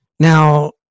Now